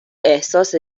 احساس